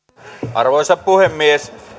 arvoisa puhemies